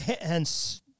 hence